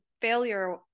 failure